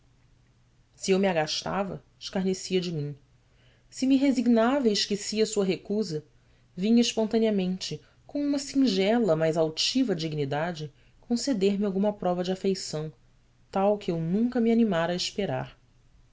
se eu me agastava escarnecia de mim se me resignava e esquecia sua recusa vinha espontaneamente com uma singela mas altiva dignidade conceder me alguma prova de afeição tal que eu nunca me animara a esperar